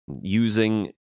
using